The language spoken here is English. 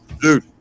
dude